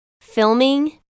filming